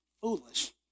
foolish